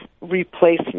replacement